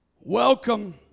welcome